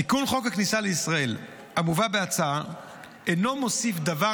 תיקון חוק הכניסה לישראל המובא בהצעה אינו מוסיף דבר